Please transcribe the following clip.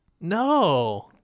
No